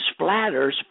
splatters